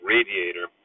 Radiator